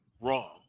wrong